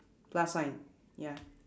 plus sign ya